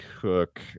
Cook